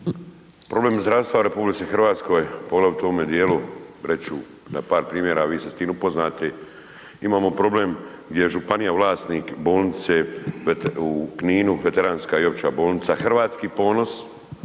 Problem zdravstva u RH poglavito u ovome dijelu, reći ću na par primjera, a vi ste s tim upoznati, imamo problem gdje je županija vlasnik bolnice u Kninu, Veteranska i opća bolnica Hrvatski ponos